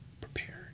prepared